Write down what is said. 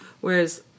whereas